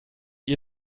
ihr